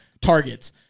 targets